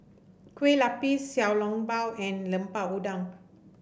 Kueh Lapis Xiao Long Bao and Lemper Udang